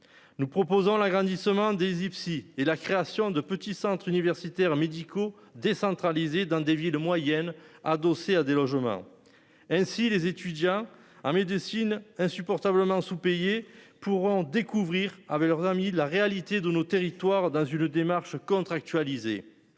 Nous proposons l'agrandissement des IFSI et la création de petits centres universitaires médicaux décentralisé dans des villes moyennes adossés à des logements ainsi les étudiants en médecine insupportablement sous- payés pour en découvrir avec leurs amis de la réalité de nos territoires dans une démarche contractualiser